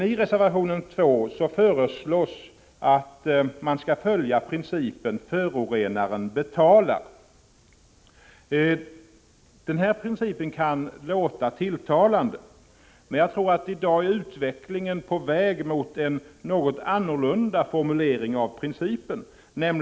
I reservation 2 föreslås att man skall följa principen ”förorenaren betalar”. Den principen kan låta tilltalande, men jag tror att utvecklingen är på väg mot att principen formuleras något annorlunda.